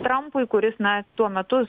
trampui kuris na tuo metu